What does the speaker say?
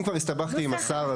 אם כבר הסתבכתי עם השר,